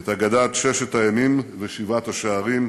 את אגדת "ששת הימים ושבעת השערים",